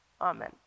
Amen